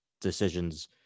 decisions